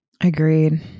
Agreed